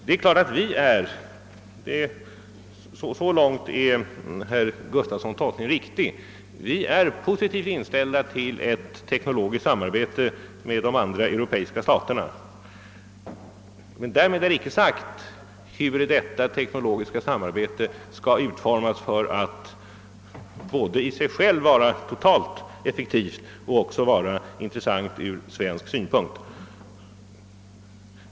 Det är klart att vi är positivt inställda till ett teknologiskt samarbete med de andra europeiska staterna — så långt är herr Gustafsons tolkning riktig. Därmed är emellertid icke sagt hur detta teknologiska samarbete skall utformas för att både i sig självt vara totalt effektivt och också vara intressant ur svensk synpunkt.